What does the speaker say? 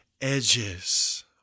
edges